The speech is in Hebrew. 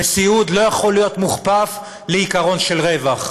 וסיעוד לא יכול להיות מוכפף לעיקרון של רווח.